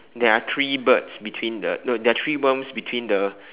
there are three birds between the no there are three worms between the